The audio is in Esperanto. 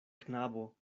knabo